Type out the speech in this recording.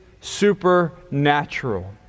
supernatural